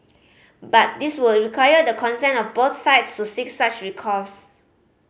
but this would require the consent of both sides to seek such recourse